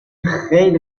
خیلی